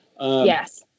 Yes